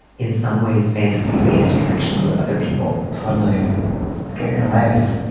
in some ways, fantasy based connections with other people totally get your life.